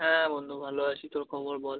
হ্যাঁ বন্ধু ভালো আছি তোর খবর বল